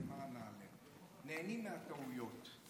נהנים מהטעויות.